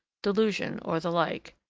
delusion, or the like,